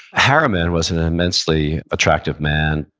harriman was an immensely attractive man,